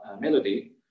melody